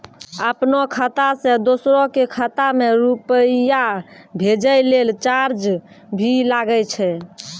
आपनों खाता सें दोसरो के खाता मे रुपैया भेजै लेल चार्ज भी लागै छै?